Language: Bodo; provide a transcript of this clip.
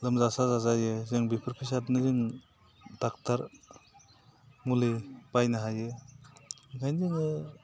लोमजा साजा जायो जों बेफोरफैसादोनो जों ड'क्टर मुलि बायनो हायो ओंखायनो जोङो